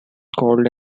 called